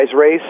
race